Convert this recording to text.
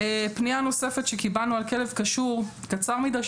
פנייה נוספת שקיבלנו על כלב קשור קצר מדי,